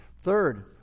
Third